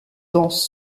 dans